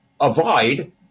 avoid